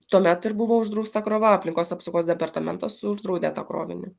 tuomet ir buvo uždrausta krova aplinkos apsaugos departamentas uždraudė tą krovinį